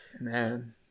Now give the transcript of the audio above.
man